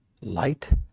light